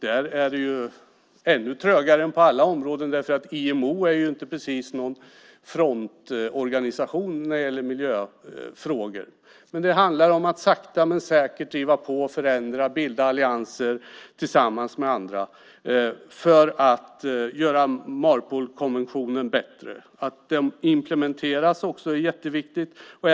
Där är det ännu trögare än på alla andra områden. ILO är inte precis någon frontorganisation när det gäller miljöfrågor. Det handlar om att sakta men säkert driva på för att förändra. Det gäller att bilda allianser tillsammans med andra för att göra Marpolkonventionen bättre. Det är också jätteviktigt att den implementeras.